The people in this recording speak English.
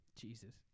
Jesus